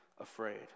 afraid